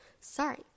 sorry